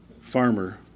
farmer